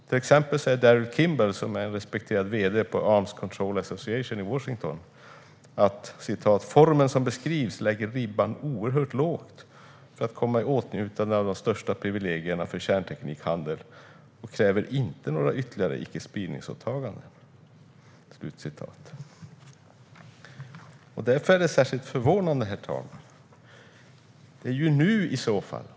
Till exempel säger Daryl Kimball, respekterad vd på Arms Control Association i Washington, att formeln som beskrivs lägger ribban oerhört lågt för att komma i åtnjutande av de bästa privilegierna för kärnteknikhandel och kräver inte några ytterligare icke-spridningsåtaganden. Därför är detta särskilt förvånande, herr talman.